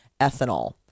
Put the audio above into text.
ethanol